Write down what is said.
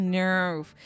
nerve